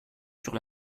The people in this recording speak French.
sur